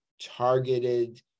targeted